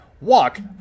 walk